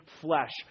flesh